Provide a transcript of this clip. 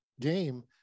game